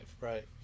Right